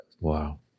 Wow